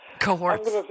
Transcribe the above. cohorts